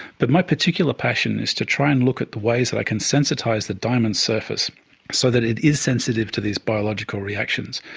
but my particular passion is to try and look at the ways that i can sensitise the diamond surface so that it is sensitive to these biological reactions.